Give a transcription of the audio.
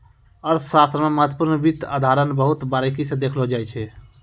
अर्थशास्त्र मे महत्वपूर्ण वित्त अवधारणा बहुत बारीकी स देखलो जाय छै